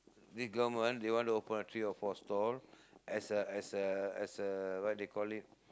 this government they want to open three or four stall as a as a as a what do you call it